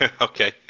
Okay